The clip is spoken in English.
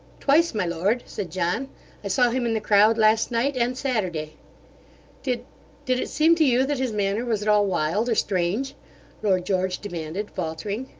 twice, my lord said john i saw him in the crowd last night and saturday did did it seem to you that his manner was at all wild or strange lord george demanded, faltering.